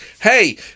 hey